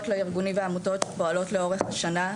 לארגונים והעמותות פועלות לאורך השנה,